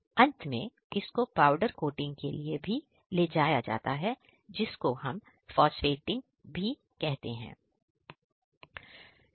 अंत में इसको पाउडर कोटिंग के लिए ले जाया जाता है जिसको फास्फेटिंग भी कहते हैं